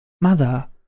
Mother